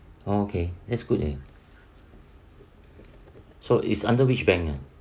okay that's good eh so is under which bank ah